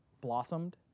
Blossomed